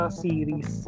series